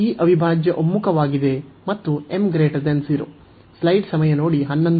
ಇದು ಈ ಅವಿಭಾಜ್ಯ ಒಮ್ಮುಖವಾಗಿದೆ ಮತ್ತು m 0